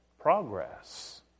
progress